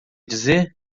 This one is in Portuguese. dizer